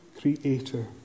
creator